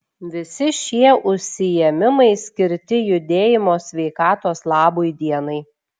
visi šie užsiėmimai skirti judėjimo sveikatos labui dienai